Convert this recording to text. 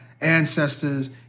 ancestors